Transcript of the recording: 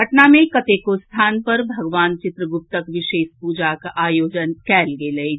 पटना मे कतेको स्थान पर भगवान चित्रगुप्तक विशेष प्रजाक आयोजन कयल गेल अछि